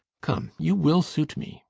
come! you will suit me.